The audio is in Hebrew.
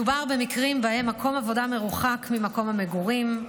מדובר במקרים שבהם מקום העבודה מרוחק ממקום המגורים,